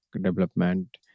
development